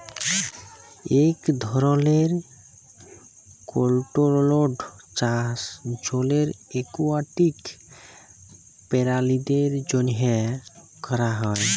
ইক ধরলের কলটোরোলড চাষ জলের একুয়াটিক পেরালিদের জ্যনহে ক্যরা হ্যয়